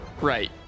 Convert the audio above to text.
Right